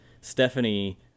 Stephanie